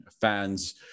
fans